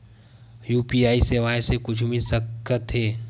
UPI सेवाएं से कुछु मिल सकत हे?